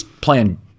playing